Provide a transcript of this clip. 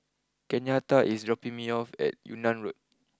Kenyatta is dropping me off at Yunnan Road